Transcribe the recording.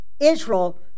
Israel